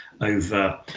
over